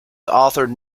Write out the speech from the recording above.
authored